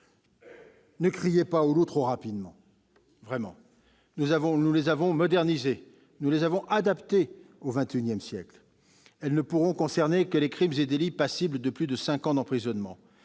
Ne criez pas au loup trop rapidement, chers collègues : nous les avons modernisées et adaptées au XXIsiècle ! Elles ne pourront concerner que les crimes et délits passibles de plus de cinq ans d'emprisonnement.